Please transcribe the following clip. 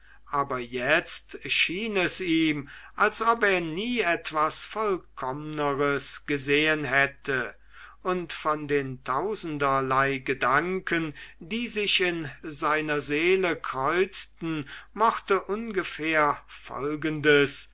aber jetzt schien es ihm als ob er nie etwas vollkommneres gesehen hätte und von den tausenderlei gedanken die sich in seiner seele kreuzten mochte ungefähr folgendes